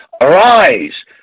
arise